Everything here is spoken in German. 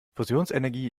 fusionsenergie